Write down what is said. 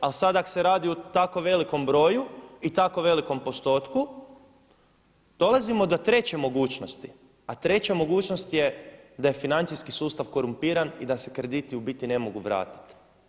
Ali sada ako se radi o tako velikom broju i tako velikom postotku dolazimo do treće mogućnosti, a treća mogućnost je da je financijski sustav korumpiran i da se krediti u biti ne mogu vratiti.